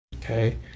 Okay